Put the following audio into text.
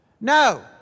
No